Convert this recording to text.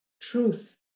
truth